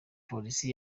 polisi